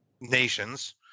nations